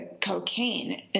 cocaine